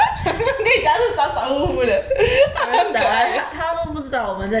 他他都不知道我们在讲什么: ta ta dou bu zhi dao wo men zai jiang shen me